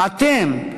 אתם,